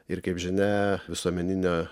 ir kaip žinia visuomeninė